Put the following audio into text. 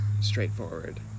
straightforward